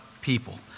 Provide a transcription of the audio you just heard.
people